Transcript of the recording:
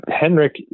Henrik